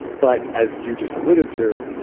but as you just alluded to,